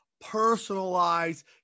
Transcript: personalized